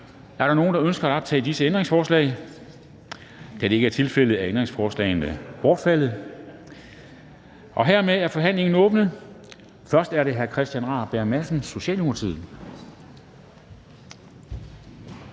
Er der nogen, der ønsker at optage disse ændringsforslag? Da det ikke er tilfældet, er ændringsforslagene bortfaldet. Hermed er forhandlingen åbnet. Først er det hr. Christian Rabjerg Madsen, Socialdemokratiet.